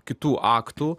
kitų aktų